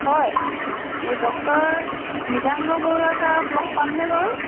হয় এই ডক্টৰ মৃগাংক বৰুৱা ছাৰক লগ পামনে বাৰু